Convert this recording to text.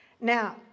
Now